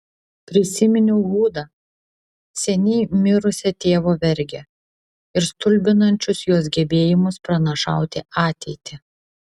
prisiminiau hudą seniai mirusią tėvo vergę ir stulbinančius jos gebėjimus pranašauti ateitį